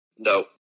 No